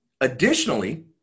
Additionally